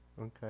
Okay